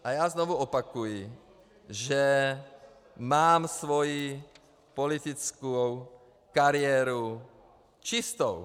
A já znovu opakuji, že mám svoji politickou kariéru čistou.